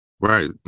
Right